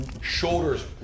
shoulders